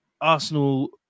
Arsenal